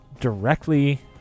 directly